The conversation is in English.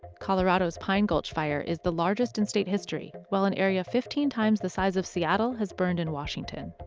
colorado's pine gulch fire is the largest in state history, while an area fifteen times the size of seattle has burned in washington.